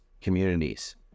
communities